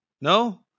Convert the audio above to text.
No